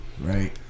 right